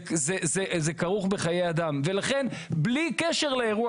זה כרוך בחיי אדם ולכן בלי קשר לאירוע